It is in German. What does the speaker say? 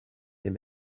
dem